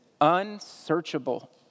unsearchable